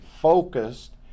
focused